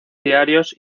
diarios